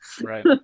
Right